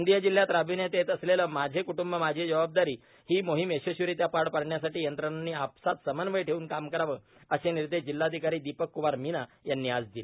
गोंदिया जिल्ह्यात राबविण्यात येत असलेली माझे कुट्रंब माझी जबाबदारी ही मोहिम यशस्वीरित्या पार पाडण्यासाठी यंत्रणांनी आपसात समन्वय ठेवून काम करावे असे निर्देश जिल्हाधिकारी दीपकक्मार मीना यांनी आज दिले